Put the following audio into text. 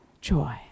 Joy